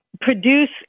produce